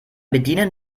bedienen